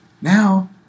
Now